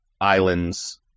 islands